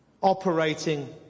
Operating